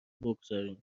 بگذاریم